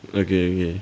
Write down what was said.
okay okay